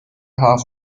half